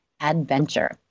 adventure